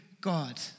God